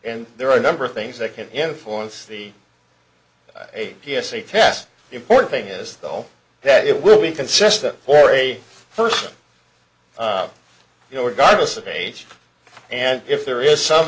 and there are a number of things that can influence the a p s a test the important thing is though that it will be consistent for a person you know regardless of age and if there is some